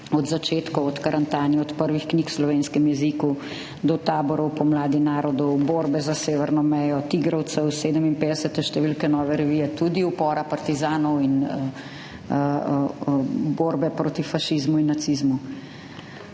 od začetkov, od Karantanije, od prvih knjig v slovenskem jeziku do taborov, pomladi narodov, borbe za severno mejo, tigrovcev, 57. številke Nove revije, tudi upora partizanov in borbe proti fašizmu in nacizmu.